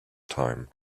time